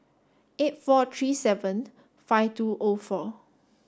eight four three seven five two O four